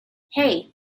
hey